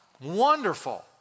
Wonderful